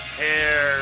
hair